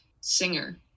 singer